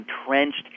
entrenched